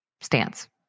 stance